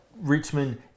Richmond